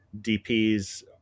DPs